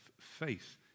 faith